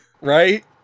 right